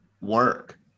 work